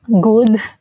good